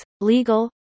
legal